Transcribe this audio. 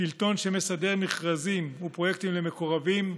שלטון שמסדר מכרזים ופרויקטים למקורבים,